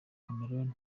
cameroun